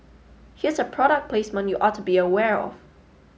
here's a product placement you ought to be aware of